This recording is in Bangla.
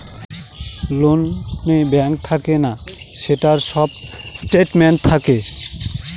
লোন ব্যাঙ্কে থাকে না, সেটার সব স্টেটমেন্ট থাকে